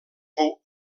fou